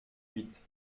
huit